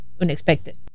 unexpected